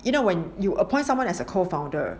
you know when you appoint someone as a co-founder